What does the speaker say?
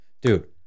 dude